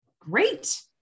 great